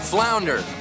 Flounder